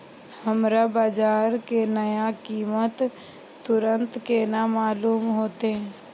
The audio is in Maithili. हमरा बाजार के नया कीमत तुरंत केना मालूम होते?